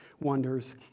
wonders